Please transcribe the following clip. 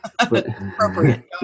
Appropriate